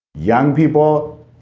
young people